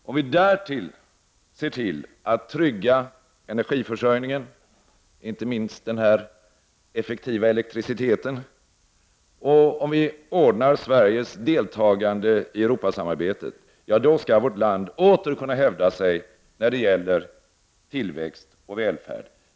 Om vi därtill ser till att trygga energiförsörjningen, inte minst när det gäller effektiv elektricitet, och om Sverige deltar i Europasamarbetet, då skall vårt land åter kunna hävda sig när det gäller tillväxt och välfärd.